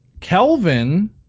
Kelvin